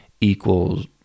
equals